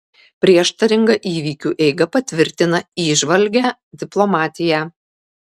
prieštaringa įvykių eiga patvirtina įžvalgią diplomatiją